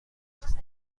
کند